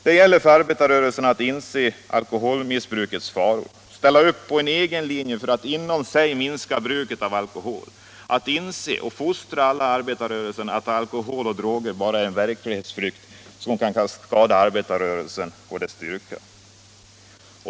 Det gäller för arbetarrörelsen att inse alkoholmissbrukets faror, ställa upp en egen linje för att inom sig minska bruket av alkohol, inse och fostra alla i arbetarrörelsen att inse att alkohol och droger bara är en verklighetsflykt som kan skada arbetarrörelsens egen styrka.